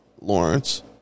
Lawrence